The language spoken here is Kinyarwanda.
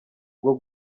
bwo